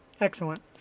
Excellent